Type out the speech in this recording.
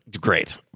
Great